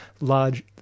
large